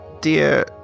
Dear